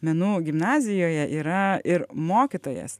menų gimnazijoje yra ir mokytojas